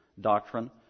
doctrine